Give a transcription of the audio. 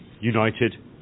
united